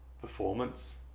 performance